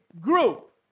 group